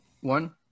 One